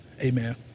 amen